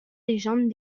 légendes